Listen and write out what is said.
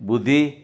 ବୁଦ୍ଧି